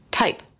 type